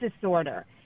disorder